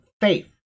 faith